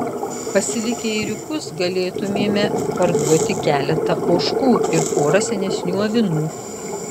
pasilikę ėriukus galėtumėme parduoti keletą ožkų ir porą senesnių avinų